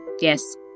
yes